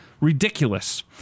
Ridiculous